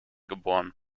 geboren